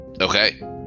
Okay